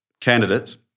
candidates